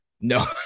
No